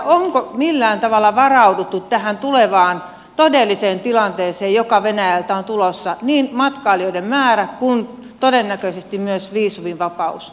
onko millään tavalla varauduttu tähän tulevaan todelliseen tilanteeseen joka venäjältä on tulossa niin matkailijoiden määrän kuin todennäköisesti myös viisumivapauden suhteen